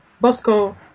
Bosco